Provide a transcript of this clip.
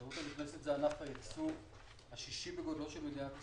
התיירות הנכנסת זה ענף הייצוא השישי בגודלו של מדינת ישראל,